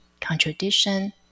contradiction